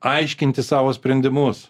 aiškinti savo sprendimus